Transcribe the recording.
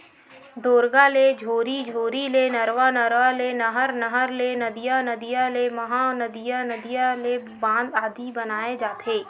ढोरगा ले झोरी, झोरी ले नरूवा, नरवा ले नहर, नहर ले नदिया, नदिया ले महा नदिया, नदिया ले बांध आदि बनाय जाथे